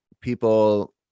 people